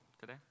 Today